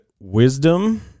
Wisdom